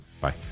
Bye